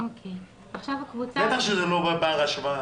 בטח שזה לא בר השוואה.